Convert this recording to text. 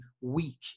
weak